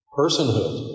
personhood